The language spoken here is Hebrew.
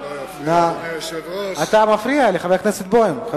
חבר הכנסת פלסנר, אתה מפריע לחבר הכנסת בוים.